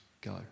go